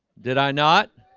did i not